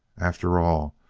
after all,